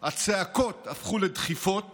הצעקות הפכו לדחיפות